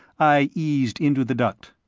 i eased into the duct.